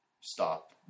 Stop